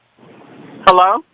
Hello